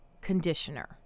conditioner